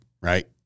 right